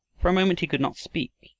for a moment he could not speak.